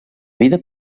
vida